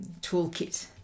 toolkit